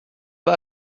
pas